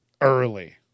early